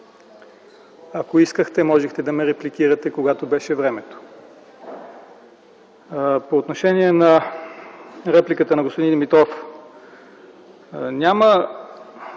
Ако искахте, можехте да ме репликирате, когато му беше времето. По отношение на репликата на господин Димитров. Няма